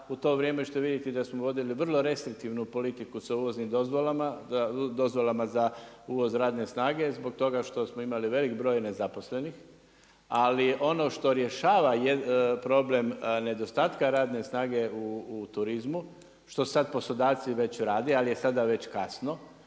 u to vrijeme ćete vidjeti da smo vodili vrlo restriktivnu politiku sa uvoznim dozvolama za uvoz radne snage zbog toga što smo imali velik broj nezaposlenih. Ali ono što rješava problem nedostatka radne snage u turizmu, što sad poslodavci već rade ali je sada već kasno,